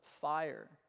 fire